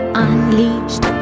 unleashed